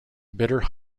bitter